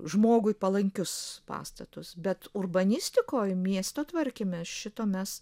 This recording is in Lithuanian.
žmogui palankius pastatus bet urbanistikoj miesto tvarkyme šito mes